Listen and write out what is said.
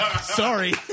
Sorry